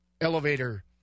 Elevator